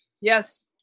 Yes